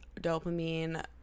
dopamine